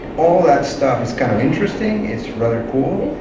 all that stuff is kind of interesting, it's rather cool,